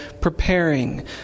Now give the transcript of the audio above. preparing